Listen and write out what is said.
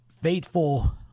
fateful